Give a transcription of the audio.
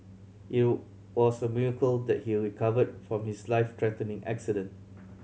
it was a miracle that he recovered from his life threatening accident